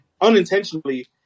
unintentionally